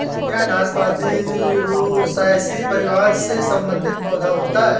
क्या नाशपाती रोसैसी परिवार से संबंधित पौधा होता है?